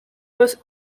was